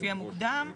לפי המוקדם,